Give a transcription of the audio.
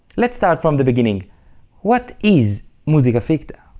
let's start from the beginning what is musica ficta?